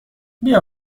بیا